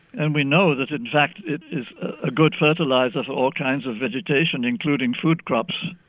and we know that in fact it is a good fertiliser for all kinds of vegetation, including food crops.